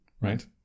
right